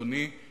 אדוני,